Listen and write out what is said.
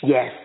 Yes